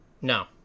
No